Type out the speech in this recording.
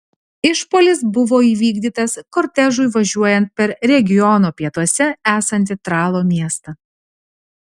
išpuolis buvo įvykdytas kortežui važiuojant per regiono pietuose esantį tralo miestą